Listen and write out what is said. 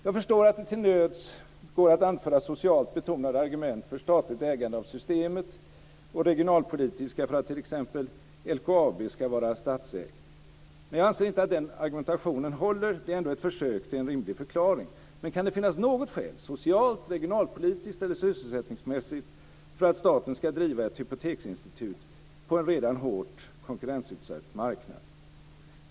Jag förstår att det till nöds går att anföra socialt betonade argument för statligt ägande av Systemet och regionalpolitiska för att t.ex. LKAB ska vara statsägt. Jag anser inte att den argumentationen håller men det är ändå ett försök till en rimlig förklaring. Kan det finnas något skäl socialt, regionalpolitiskt eller sysselsättningsmässigt för att staten ska driva ett hypoteksinstitut på en redan hårt konkurrensutsatt marknad?